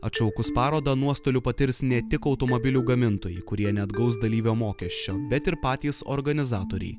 atšaukus parodą nuostolių patirs ne tik automobilių gamintojai kurie neatgaus dalyvio mokesčio bet ir patys organizatoriai